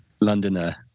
Londoner